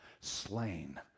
slain